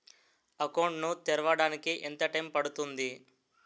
Account ను తెరవడానికి ఎంత టైమ్ పడుతుంది?